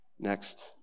next